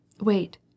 Wait